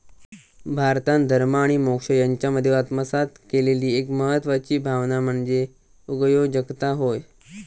भारतान धर्म आणि मोक्ष यांच्यामध्ये आत्मसात केलेली एक महत्वाची भावना म्हणजे उगयोजकता होय